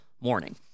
morning